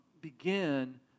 begin